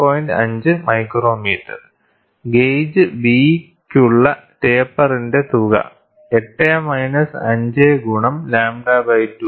5 µm gauge B യ്ക്കുള്ള ടേപ്പറിന്റെ തുക 8 − 5 × λ2 0